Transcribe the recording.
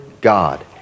God